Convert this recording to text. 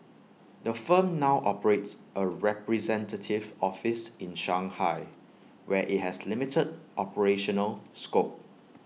the firm now operates A representative office in Shanghai where IT has limited operational scope